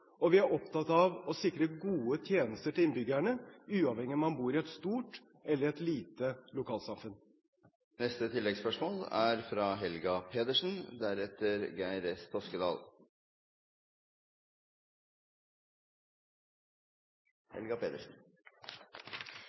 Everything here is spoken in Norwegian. og vi er opptatt av å sikre gode tjenester til innbyggerne uavhengig av om man bor i et stort eller et lite lokalsamfunn.